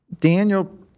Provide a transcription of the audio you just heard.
Daniel